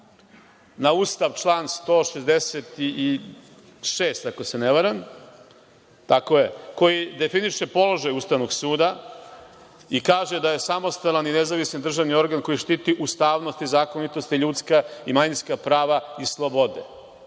na Ustav, član 166. ako se ne vara, tako je, koji definiše položaj Ustavnog suda i kaže da je samostalan i nezavisni državni organ koji štiti ustavnost i zakonitosti, ljudska i manjinska prava i slobode.